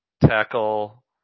tackle